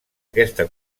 aquesta